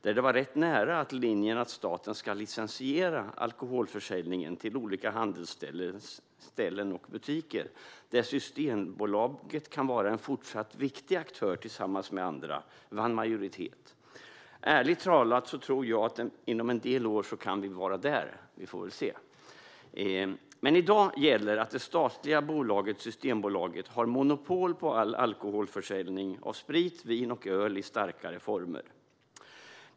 Där var det rätt nära att linjen att staten ska licensiera alkoholförsäljningen till olika handelsställen och butiker, där Systembolaget kan vara en fortsatt viktig aktör tillsammans med andra, vann majoritet. Ärligt talat tror jag att vi om en del år kan vara där. Vi får väl se. I dag gäller att det statliga bolaget Systembolaget har monopol på all alkoholförsäljning av sprit, vin och öl i starkare former.